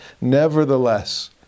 nevertheless